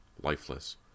lifeless